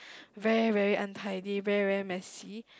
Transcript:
very very untidy very very messy